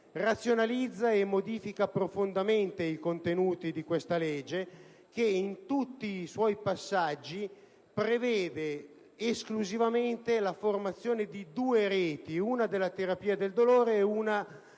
razionalizza e modifica profondamente i contenuti di questa legge, che in tutti i suoi passaggi prevede esclusivamente la formazione di due reti, una della terapia del dolore e una